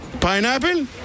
pineapple